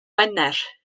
wener